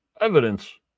evidence